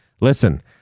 listen